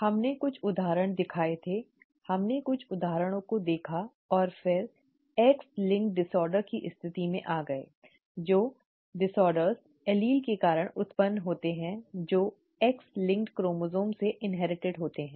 हमने कुछ उदाहरण दिखाए थे हमने कुछ उदाहरणों को देखा और फिर एक्स लिंक्ड विकारों की स्थिति में आ गए जो विकार एलील के कारण उत्पन्न होते हैं जो एक्स लिंक्ड क्रोमोसोम से इन्हेरिटिड होते हैं